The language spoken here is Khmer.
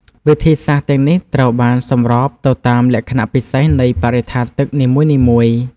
វិធីសាស្ត្រទាំងនេះត្រូវបានសម្របទៅតាមលក្ខណៈពិសេសនៃបរិស្ថានទឹកនីមួយៗ។